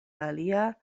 alia